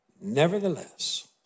nevertheless